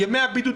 ימי הבידוד,